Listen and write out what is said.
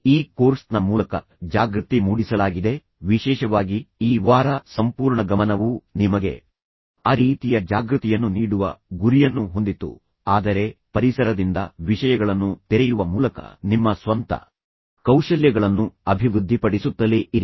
ಈ ಕೋರ್ಸ್ನ ಮೂಲಕ ಜಾಗೃತಿ ಮೂಡಿಸಲಾಗಿದೆ ವಿಶೇಷವಾಗಿ ಈ ವಾರ ಸಂಪೂರ್ಣ ಗಮನವು ನಿಮಗೆ ಆ ರೀತಿಯ ಜಾಗೃತಿಯನ್ನು ನೀಡುವ ಗುರಿಯನ್ನು ಹೊಂದಿತ್ತು ಆದರೆ ಪರಿಸರದಿಂದ ವಿಷಯಗಳನ್ನು ತೆರೆಯುವ ಮೂಲಕ ನಿಮ್ಮ ಸ್ವಂತ ಕೌಶಲ್ಯಗಳನ್ನು ಅಭಿವೃದ್ಧಿಪಡಿಸುತ್ತಲೇ ಇರಿ